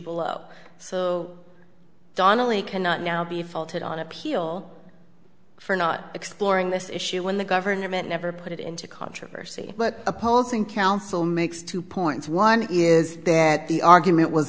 below so donnelly cannot now be faulted on appeal for not exploring this issue when the government never put it into controversy but opposing counsel makes two points one is that the argument was